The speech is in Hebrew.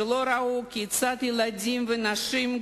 שלא ראו כיצד ילדים ונשים,